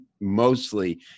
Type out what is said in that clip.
mostly